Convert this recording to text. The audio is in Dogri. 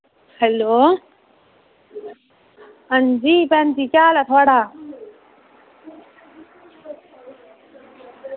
हैलो अंजी भैन जी केह् हाल ऐ थुआढ़ा